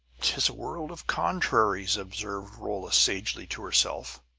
tis a world of contraries, observed rolla sagely to herself.